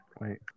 wait